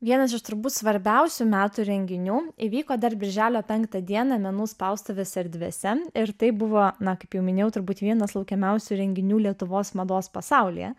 vienas iš turbūt svarbiausių metų renginių įvyko dar birželio penktą dieną menų spaustuvės erdvėse ir tai buvo na kaip jau minėjau turbūt vienas laukiamiausių renginių lietuvos mados pasaulyje